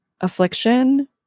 affliction